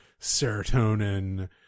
serotonin